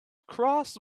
cross